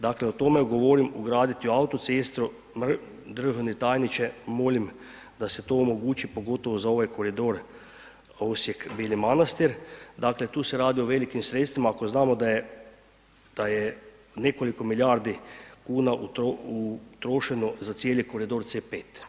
Dakle, o tome govorim, ugraditi u autocestu, državni tajniče, molim da se to omogući, pogotovo za ovaj koridor Osijek-Beli Manastir, dakle, tu se radi o velikim sredstvima ako znamo da je nekoliko milijardi kuna utrošeno za cijeli koridor C5.